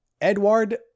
Edward